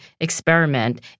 experiment